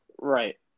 Right